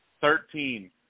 Thirteen